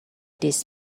this